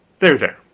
there, there,